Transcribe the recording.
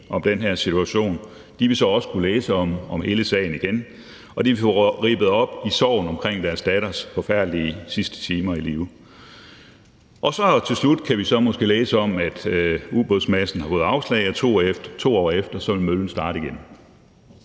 om den her situation. Og de vil så også kunne læse om hele sagen igen, og de får rippet op i sårene omkring deres datters forfærdelige sidste timer i live. Og til slut kan vi måske så læse om, at Ubådsmadsen har fået afslag, og 2 år efter vil møllen starte igen.